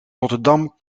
rotterdam